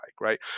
right